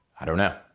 i don't know.